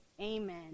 amen